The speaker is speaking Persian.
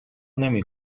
نمی